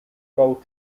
both